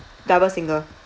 double single